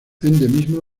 endemismo